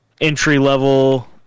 entry-level